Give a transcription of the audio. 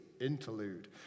Interlude